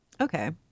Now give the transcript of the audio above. Okay